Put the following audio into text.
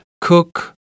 cook